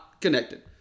connected